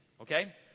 okay